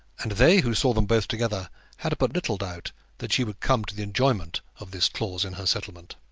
and they who saw them both together had but little doubt that she would come to the enjoyment of this clause in her settlement.